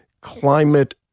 climate